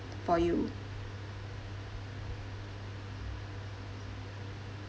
for you